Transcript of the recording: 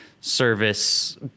service